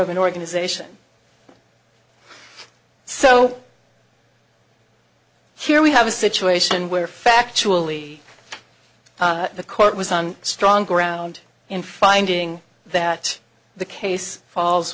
of an organization so here we have a situation where factually the court was on strong ground in finding that the case falls